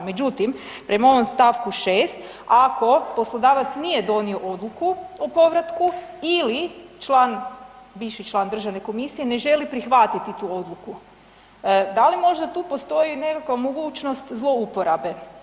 Međutim, prema ovom stavku 6. ako poslodavac nije donio odluku o povratku ili član, viši član Državne komisije ne želi prihvatiti tu odluku, da li možda tu postoji nekakva mogućnost zlouporabe?